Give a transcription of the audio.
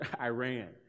Iran